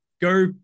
go